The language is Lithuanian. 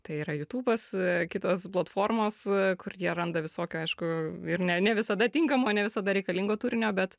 tai yra jutubas kitos platformos kur jie randa visokių aišku ir ne ne visada tinkamo ne visada reikalingo turinio bet